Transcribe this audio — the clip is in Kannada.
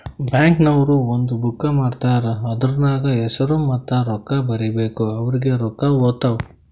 ಬ್ಯಾಂಕ್ ನವ್ರು ಒಂದ್ ಬುಕ್ ಕೊಡ್ತಾರ್ ಅದೂರ್ನಗ್ ಹೆಸುರ ಮತ್ತ ರೊಕ್ಕಾ ಬರೀಬೇಕು ಅವ್ರಿಗೆ ರೊಕ್ಕಾ ಹೊತ್ತಾವ್